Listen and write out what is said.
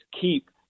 keep